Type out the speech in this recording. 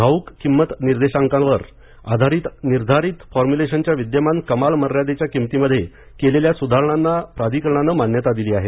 घाऊक किमत निर्देशांकावर आधारित निर्धारित फॉर्म्युलेशनच्या विद्यमान कमाल मर्यादेच्या किमतींमध्ये केलेल्या सुधारणांना प्राधिकरणाने मान्यता दिली आहे